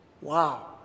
Wow